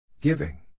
Giving